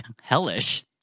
Hellish